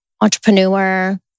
entrepreneur